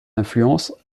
influence